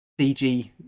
cg